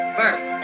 first